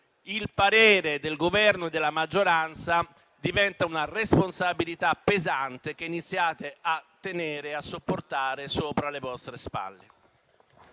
il parere del Governo e della maggioranza diventa una responsabilità pesante che iniziate a caricarvi sulle vostre spalle.